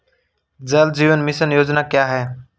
जल जीवन मिशन योजना क्या है?